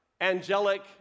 angelic